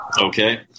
Okay